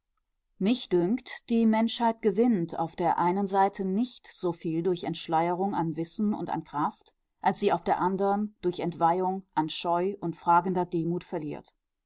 mich dünkt die menschheit gewinnt auf der einen seite nicht so viel durch entschleierung an wissen und an kraft als sie auf der andern durch entweihung an scheu und fragender demut verliert